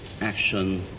action